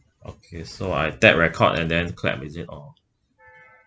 okay so I tap record and then clap is it all